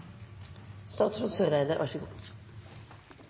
statsråd Eriksen Søreide, vær så god.